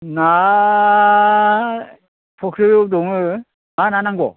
ना फुख्रिङाव दङो मा ना नांगौ